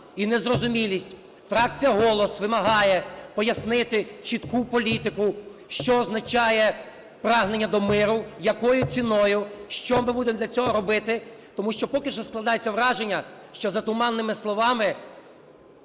і незрозумілість. Фракція "Голос" вимагає пояснити чітку політику, що означає прагнення до миру, якою ціною, що ми будемо для цього робити. Тому що поки що складається враження, що за туманними словами